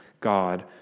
God